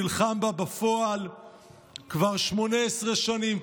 נלחם בה בפועל כבר 18 שנים,